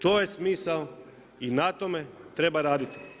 To je smisao i na tome treba raditi.